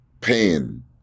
pain